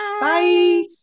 bye